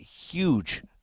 huge